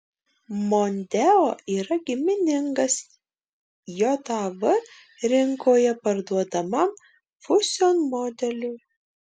mondeo yra giminingas jav rinkoje parduodamam fusion modeliui